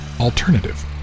alternative